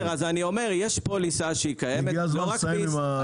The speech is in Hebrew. יש פוליסה שקיימת לא רק בישראל.